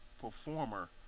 performer